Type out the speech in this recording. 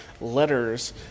letters